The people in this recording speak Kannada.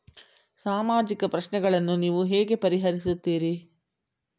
ಸಾಮಾಜಿಕ ಪ್ರಶ್ನೆಗಳನ್ನು ನೀವು ಹೇಗೆ ಪರಿಹರಿಸುತ್ತೀರಿ?